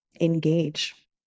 engage